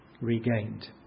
regained